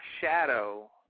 shadow